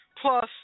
Plus